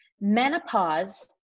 Menopause